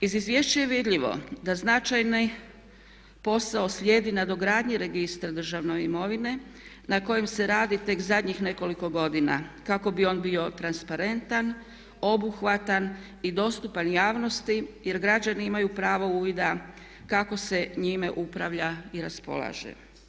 Iz izvješća je vidljivo da značajni posao slijedi nadogradnji registra državne imovine na kojem se radi tek zadnjih nekoliko godina kako bi on bio transparentan, obuhvatan i dostupan javnosti jer građani imaju pravo uvida kako se njime upravlja i raspolaže.